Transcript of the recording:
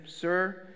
Sir